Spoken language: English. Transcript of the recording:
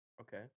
Okay